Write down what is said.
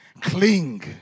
Cling